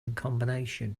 combination